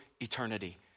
eternity